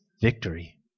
victory